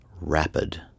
rapid